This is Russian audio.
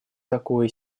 такое